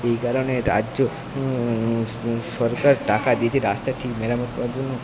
এই কারণে রাজ্য সরকার টাকা দিয়েছে রাস্তা ঠিক মেরামত করার জন্য